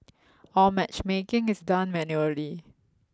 all matchmaking is done manually